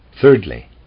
Thirdly